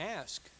ask